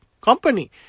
company